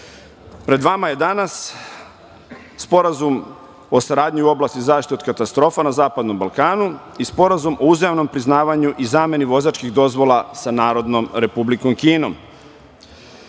vama je danas Sporazum o saradnji u oblasti zaštite od katastrofa na zapadnom Balkanu i Sporazum o uzajamnom priznavanju i zameni vozačkih dozvola sa Narodnom Republikom